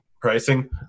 pricing